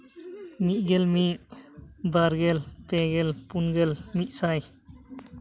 ᱢᱤᱫ ᱜᱮᱞ ᱢᱤᱫ ᱵᱟᱨ ᱜᱮᱞ ᱯᱮᱜᱮᱞ ᱯᱩᱱ ᱜᱮᱞ ᱢᱤᱫ ᱥᱟᱭ